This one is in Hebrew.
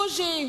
בוז'י,